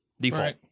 Default